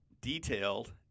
Detailed